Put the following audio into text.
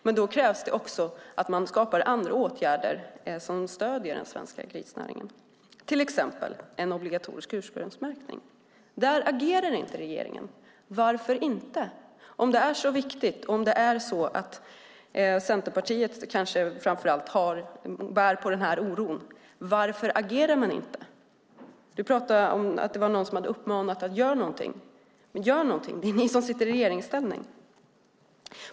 Men då krävs det också att man vidtar andra åtgärder som stöder den svenska grisnäringen, till exempel en obligatorisk ursprungsmärkning. Där agerar inte regeringen. Varför inte? Om det är så viktigt, om Centerpartiet kanske framför allt bär på den oron, varför agerar man inte? Du pratade om att det var någon som hade uppmanat till att göra någonting. Men gör någonting, ni som sitter i regeringsställning!